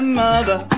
mother